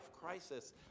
crisis